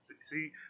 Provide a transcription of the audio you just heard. See